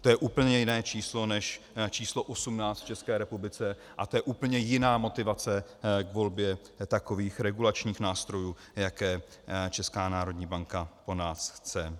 To je úplně jiné číslo než číslo 18 v České republice a to je úplně jiná motivace k volbě takových regulačních nástrojů, jaké Česká národní banka po nás chce.